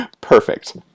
Perfect